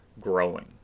growing